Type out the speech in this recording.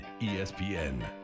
ESPN